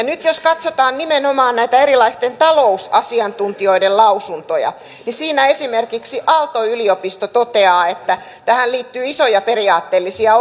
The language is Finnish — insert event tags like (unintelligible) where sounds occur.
(unintelligible) nyt jos katsotaan nimenomaan näitä erilaisten talousasiantuntijoiden lausuntoja niin esimerkiksi aalto yliopisto toteaa että tähän liittyy isoja periaatteellisia (unintelligible)